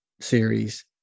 series